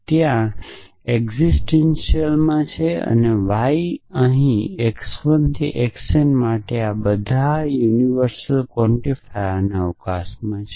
ત્યાં એકસીટેંટીયલમાં છે y અહીં x 1 થી x n માટે આ બધા સાર્વત્રિક કવોન્ટિફાયરની અવકાશમાં છે